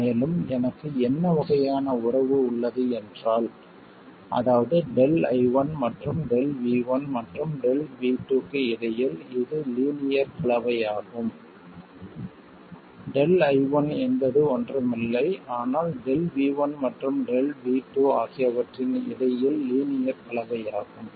மேலும் எனக்கு என்ன வகையான உறவு உள்ளது என்றால் அதாவது ΔI1 மற்றும் ΔV1 மற்றும் ΔV2 க்கு இடையில் இது லீனியர் கலவையாகும் ΔI1 என்பது ஒன்றுமில்லை ஆனால் ΔV1 மற்றும் ΔV2 ஆகியவற்றின் இடையில் லீனியர் கலவையாகும்